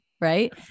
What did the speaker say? right